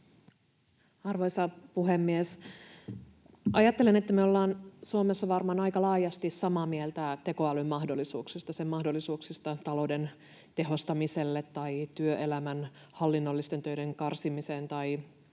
Arvoisa puhemies! Ajattelen, että me ollaan Suomessa varmaan aika laajasti samaa mieltä tekoälyn mahdollisuuksista, sen mahdollisuuksista talouden tehostamiselle tai työelämän hallinnollisten töiden karsimiseen tai